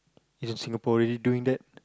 is our Singaporeans doing that